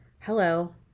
Hello